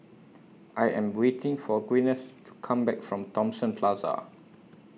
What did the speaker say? I Am waiting For Gwyneth to Come Back from Thomson Plaza